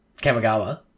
Kamigawa